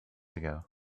ago